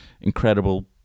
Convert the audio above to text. incredible